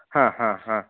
हा हा हा